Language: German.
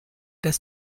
dass